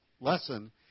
lesson